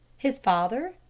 his father,